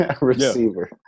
Receiver